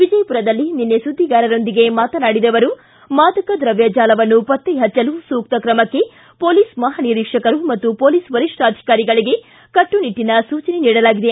ವಿಜಯಮರದಲ್ಲಿ ನಿನ್ನೆ ಸುದ್ದಿಗಾರರೊಂದಿಗೆ ಮಾತನಾಡಿದ ಅವರು ಮಾದಕ ದ್ರವ್ಯ ಜಾಲವನ್ನು ಪತ್ತೆ ಪಚ್ಚಲು ಸೂಕ್ತ ಕ್ರಮಕ್ಕೆ ಮೊಲೀಸ್ ಮಹಾನಿರೀಕ್ಷಕರು ಮತ್ತು ಪೊಲೀಸ್ ವರಿಷ್ಠಾಧಿಕಾರಿಗಳಿಗೆ ಕಟ್ಟುನಿಟ್ಟನ ಸೂಚನೆ ನೀಡಲಾಗಿದೆ